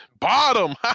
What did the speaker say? bottom